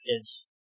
kids